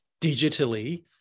digitally